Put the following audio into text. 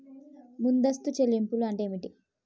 ముందస్తు చెల్లింపులు అంటే ఏమిటి?